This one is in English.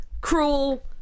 cruel